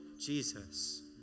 Jesus